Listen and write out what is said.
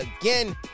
again